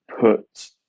put